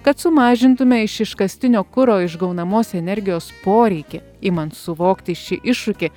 kad sumažintume iš iškastinio kuro išgaunamos energijos poreikį imant suvokti šį iššūkį